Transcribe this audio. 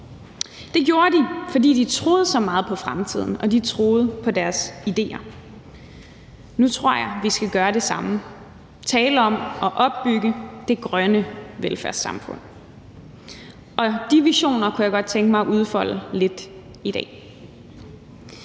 Det gjorde de, fordi de troede så meget på fremtiden, og de troede på deres idéer. Kl. 14:47 Nu tror jeg, vi skal gøre det samme: tale om at opbygge det grønne velfærdssamfund. Og de visioner kunne jeg godt tænke mig at udfolde lidt i dag.